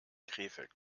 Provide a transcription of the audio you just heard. krefeld